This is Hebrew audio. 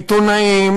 עיתונאים,